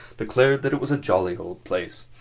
declared that it was a jolly old place.